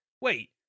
Wait